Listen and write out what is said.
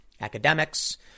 academics